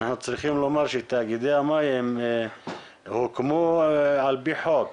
אנחנו צריכים לומר שתאגידי המים הוקמו על פי חוק.